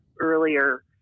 earlier